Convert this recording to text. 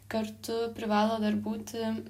kartu privalo dar būti